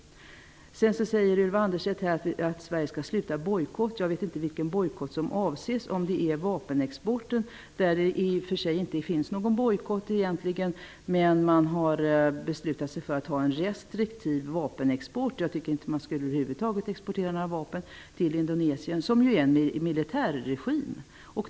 Ylva Annerstedt säger också att Sverige skall sluta bojkotta. Jag vet inte vilken bojkott hon menar. När det gäller vapenexporten finns ingen egentlig bojkott, men man har beslutat sig för en restriktiv vapenexport. Jag tycker inte att man över huvud tagit skall exportera några vapen till Indonesien som ju är en militärregim.